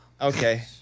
Okay